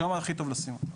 שם הכי טוב לשים.